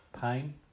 Pain